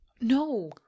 No